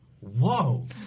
whoa